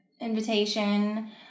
invitation